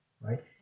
right